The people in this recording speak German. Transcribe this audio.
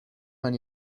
man